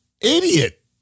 idiot